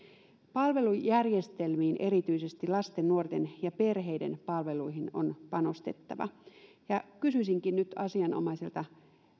palvelujärjestelmiin erityisesti lasten nuorten ja perheiden palveluihin on panostettava kysyisinkin nyt asianomaiselta